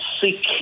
seek